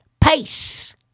Peace